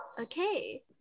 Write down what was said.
okay